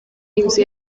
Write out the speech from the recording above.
inzu